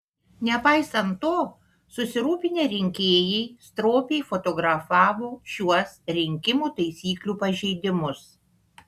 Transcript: nepaisant to susirūpinę rinkėjai stropiai fotografavo šiuos rinkimų taisyklių pažeidimus